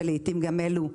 ולעיתים גם אלו שמסביב,